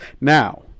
now